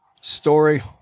story